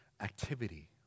activity